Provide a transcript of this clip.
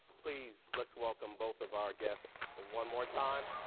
please let's welcome both of our guests and one more time.